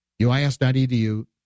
UIS.edu